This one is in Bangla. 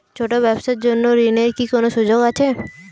ছোট ব্যবসার জন্য ঋণ এর কি কোন সুযোগ আছে?